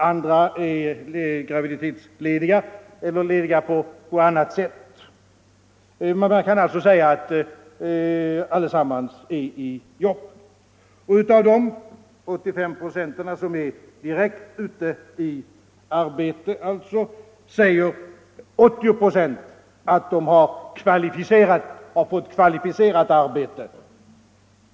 andra är graviditetslediga eller lediga av andra skäl. Man kan alltså säga att allesamman är i jobb. Av de 85 96 som är direkt ute i arbete säger 80 96 att de har fått kvalificerat arbete.